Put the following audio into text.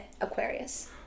Aquarius